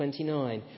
29